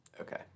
Okay